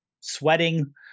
sweating